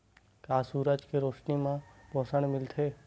का सूरज के रोशनी म पोषण मिलथे?